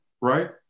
Right